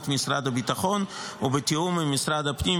משרד הביטחון ובתיאום עם משרד הפנים,